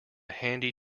handy